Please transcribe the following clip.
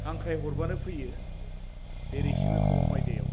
हांख्राय हरबानो फैयो बे रैसुमै खबाम आयदायाव